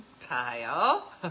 Kyle